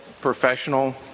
professional